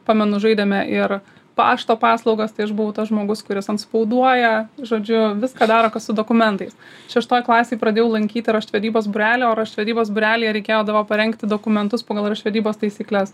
pamenu žaidėme ir pašto paslaugas tai aš buvau tas žmogus kuris anspauduoja žodžiu viską daro kas su dokumentais šeštoj klasėj pradėjau lankyti raštvedybos būrelį o raštvedybos būrelyje reikėdavo parengti dokumentus pagal raštvedybos taisykles